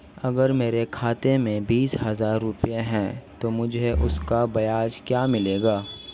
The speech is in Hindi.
अगर मेरे खाते में बीस हज़ार रुपये हैं तो मुझे उसका ब्याज क्या मिलेगा?